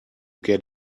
get